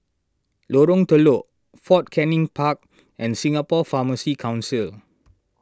Lorong Telok Fort Canning Park and Singapore Pharmacy Council